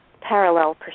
parallel